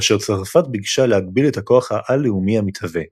כאשר צרפת ביקשה להגביל את הכוח העל-לאומי המתהווה.